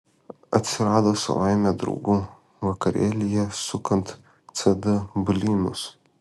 atsirado savaime draugų vakarėlyje sukant cd blynus